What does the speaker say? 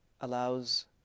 allows